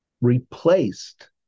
replaced